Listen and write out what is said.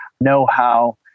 know-how